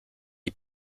est